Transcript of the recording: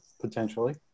potentially